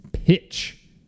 pitch